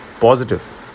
positive